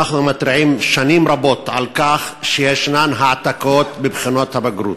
אנחנו מתריעים שנים רבות על כך שיש העתקות בבחינות הבגרות,